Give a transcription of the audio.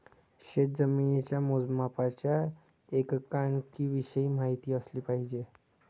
शेतजमिनीच्या मोजमापाच्या एककांविषयी माहिती असली पाहिजे